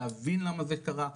להבין למה זה קרה.